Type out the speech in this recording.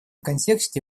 контексте